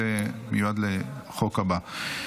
זה מיועד לחוק הבא.